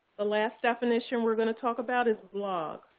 the last definition we're going to talk about is blog.